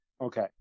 Okay